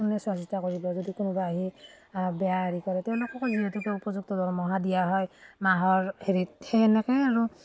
কোনে চোৱাচিতা কৰিব যদি কোনোবা আহি বেয়া হেৰি কৰে তেওঁলোককো যিহেতুকে উপযুক্ত দৰমহা দিয়া হয় মাহৰ হেৰিত সেই সেনেকৈয়ে আৰু